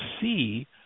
see